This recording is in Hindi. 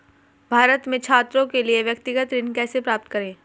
भारत में छात्रों के लिए व्यक्तिगत ऋण कैसे प्राप्त करें?